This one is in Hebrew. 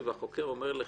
והחוקר אומר לך: